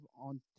on